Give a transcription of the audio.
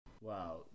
wow